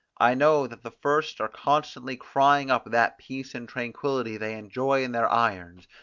i know that the first are constantly crying up that peace and tranquillity they enjoy in their irons,